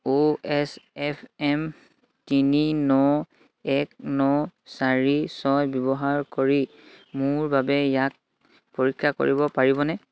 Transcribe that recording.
অ' S F M তিনি ন এক ন চাৰি ছয় ব্যৱহাৰ কৰি মোৰ বাবে ইয়াক পৰীক্ষা কৰিব পাৰিবনে